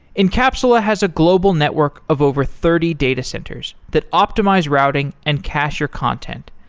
incapsula has a global network of over thirty datacenters that optimize routing and casher content.